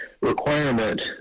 requirement